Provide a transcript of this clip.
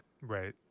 Right